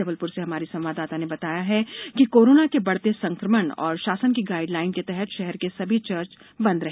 जबलप्र से हमारी संवाददाता ने बताया है कि कोरोना के बढ़ते संक्रमण और शासन की गाईड लाइन के तहत शहर के सभी चर्च बंद रहे